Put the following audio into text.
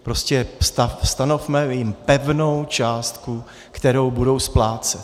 Prostě jim stanovme pevnou částku, kterou budou splácet.